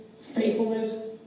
faithfulness